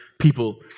people